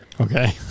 Okay